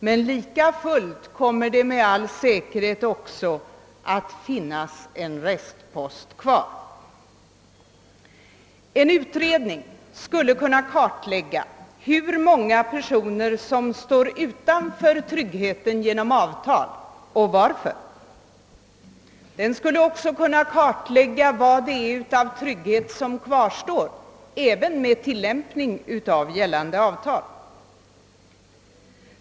Men lika fullt kommer det med all säkerhet att finnas en restpost. En utredning skulle kunna kartlägga hur många personer som står utanför trygghet genom avtal och varför de gör det. Den skulle också kunna kartlägga vad det är som kvarstår av trygghet även med tillämpning av gällande avtal.